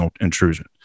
intrusion